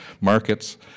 markets